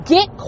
Get